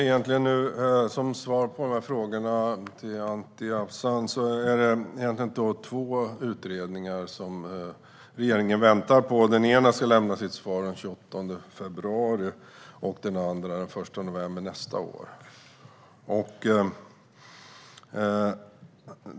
Fru talman! Som svar på Anti Avsans frågor kan jag säga att det är två utredningar som regeringen väntar på. Den ena ska lämna sitt svar den 28 februari och den andra den 1 november nästa år.